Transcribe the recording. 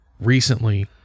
recently